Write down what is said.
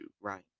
Right